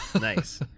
Nice